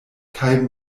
kaj